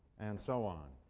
and so on.